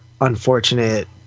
unfortunate